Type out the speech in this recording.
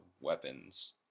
weapons